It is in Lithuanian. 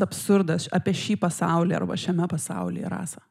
absurdas apie šį pasaulį arba šiame pasaulyje rasa